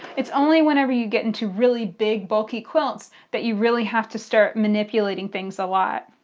it's only whenever you get into really big, bulky quilts that you really have to start manipulating things a lot.